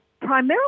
primarily